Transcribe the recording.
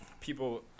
People